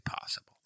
possible